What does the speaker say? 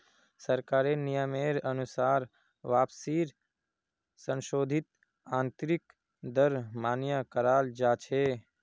सरकारेर नियमेर अनुसार वापसीर संशोधित आंतरिक दर मान्य कराल जा छे